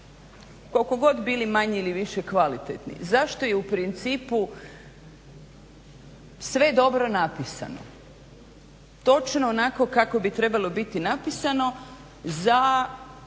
koliko god bili manje ili više kvalitetni zašto je u principu sve dobro napisano točno onako kako bi trebalo biti napisano za